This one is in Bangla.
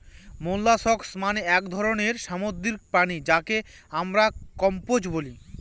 মোল্লাসকস মানে এক ধরনের সামুদ্রিক প্রাণী যাকে আমরা কম্বোজ বলি